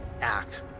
act